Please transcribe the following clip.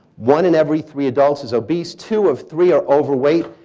one in every three adults is obese. two of three are overweight.